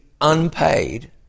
unpaid